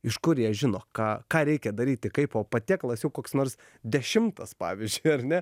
iš kur jie žino ką ką reikia daryti kaipo patiekalasjau koks nors dešimtas pavyzdžiui ar ne